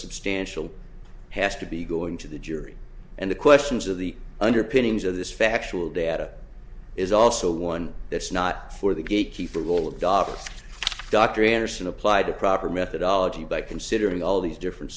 substantial has to be going to the jury and the questions of the underpinnings of this factual data is also one that's not for the gatekeeper will adopt dr anderson applied the proper methodology by considering all these different